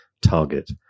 target